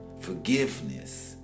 Forgiveness